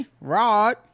rod